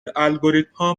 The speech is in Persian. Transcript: الگوریتمها